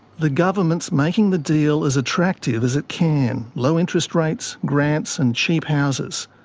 the government is making the deal as attractive as it can low interest rates, grants, and cheap houses.